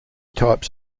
types